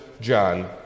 John